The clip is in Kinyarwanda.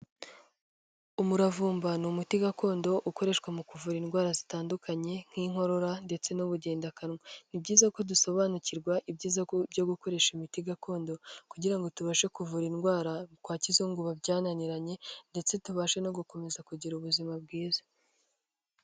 Umuravumba ni umuti gakondo ukoreshwa mu kuvura indwara zitandukanye nk'inkorora ndetse n'ubugendakanwa. Ni byiza ko dusobanukirwa ibyiza byo gukoresha imiti gakondo, kugira ngo tubashe kuvura indwara kwa kizungu biba byananiranye ndetse tubashe no gukomeza kugira ubuzima bwiza.